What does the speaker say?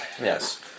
Yes